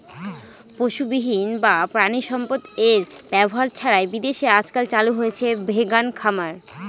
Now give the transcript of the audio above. পশুবিহীন বা প্রানীসম্পদ এর ব্যবহার ছাড়াই বিদেশে আজকাল চালু হয়েছে ভেগান খামার